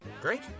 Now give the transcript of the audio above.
Great